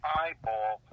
eyeball